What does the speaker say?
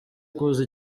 kuza